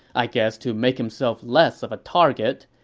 i guess to make himself less of a target.